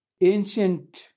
ancient